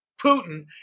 Putin